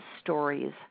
Stories